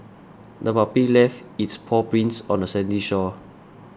the puppy left its paw prints on the sandy shore